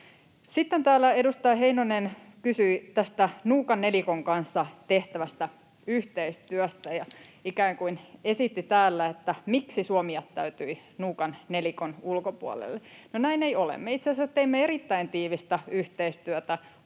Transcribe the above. Sitten edustaja Heinonen kysyi tästä nuukan nelikon kanssa tehtävästä yhteistyöstä ja ikään kuin esitti täällä, miksi Suomi jättäytyi nuukan nelikon ulkopuolelle. No, näin ei ole. Me itse asiassa teimme erittäin tiivistä yhteistyötä